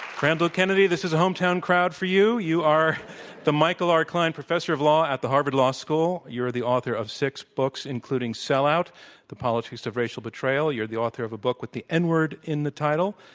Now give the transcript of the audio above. randall kennedy, this is a hometown crowd for you. you are the michael r. klein professor of law at the harvard law school. you are the author of six books, including sellout the politics of racial betrayal. you're the author of a book with the n word in the title.